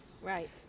Right